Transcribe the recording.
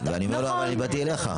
ואני אומר לו אבל אני באתי אליך.